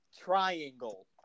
Triangle